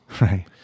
right